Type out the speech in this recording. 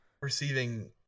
receiving